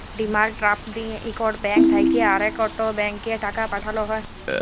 demand draft দিঁয়ে ইকট bank থ্যাইকে আরেকট ব্যাংকে টাকা পাঠাল হ্যয়